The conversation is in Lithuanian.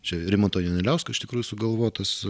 čia rimanto janeliausko iš tikrųjų sugalvotas